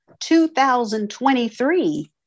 2023